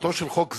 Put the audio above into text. מטרתו של חוק זה,